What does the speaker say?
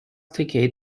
ticket